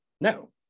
No